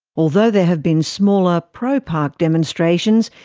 although there have been smaller pro-park demonstrations,